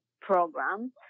program